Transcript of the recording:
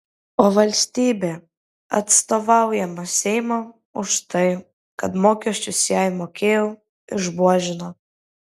o valstybė atstovaujama seimo už tai kad mokesčius jai mokėjau išbuožino